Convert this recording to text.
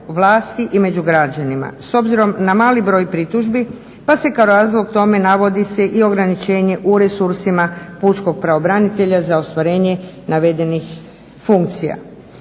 vlasti i među građanima s obzirom na mali broj pritužbi pa se kao razlog tome navodi se i ograničenje u resursima pučkog pravobranitelja za ostvarenje navedenih funkcija.